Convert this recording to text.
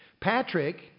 Patrick